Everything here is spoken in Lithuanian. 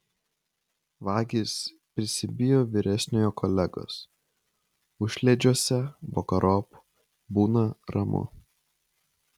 vagys prisibijo vyresniojo kolegos užliedžiuose vakarop būna ramu